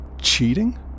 cheating